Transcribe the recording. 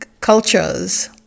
cultures